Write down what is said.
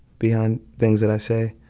behind things that i say.